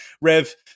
rev